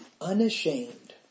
unashamed